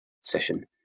session